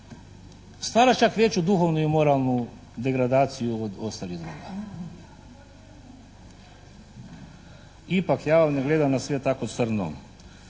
stvara čak veću duhovnu i moralnu degradaciju od ostalih droga. Ipak ja vam ne gledam na sve tako crno.